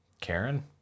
Karen